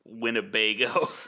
Winnebago